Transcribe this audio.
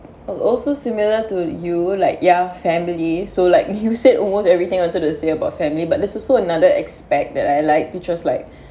also similar to you like ya family so like you said almost everything I wanted to say about family but there's also another aspect that I like which was like